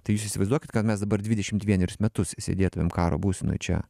tai jūs įsivaizduokit kad mes dabar dvidešimt vienerius metus sėdėtumėm karo būsenoj čia